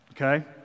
Okay